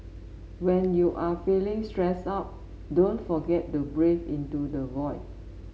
when you are feeling stressed out don't forget to breathe into the void